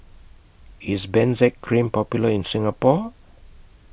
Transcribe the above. IS Benzac Cream Popular in Singapore